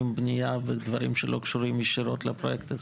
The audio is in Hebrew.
בנייה בדברים שלא קשורים ישירות לפרויקט.